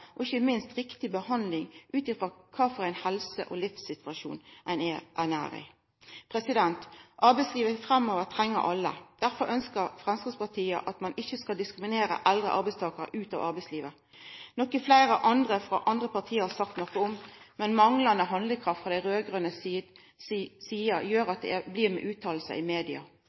og ikkje minst rett behandling ut frå kva for helse ein har og kva for livssituasjon ein er i. Arbeidslivet framover treng alle. Derfor ønskjer Framstegspartiet at ein ikkje skal diskriminera eldre arbeidstakarar ut av arbeidslivet. Det har fleire andre frå andre parti sagt noko om, men manglande handlekraft frå dei raud-grøne si side gjer at det blir med utsegner i media.